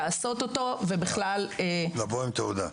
לעשות אותו ולקבל תעודה,